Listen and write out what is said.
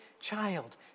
child